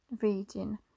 reading